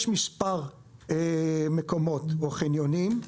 יש מספר מקומות, או חניונים,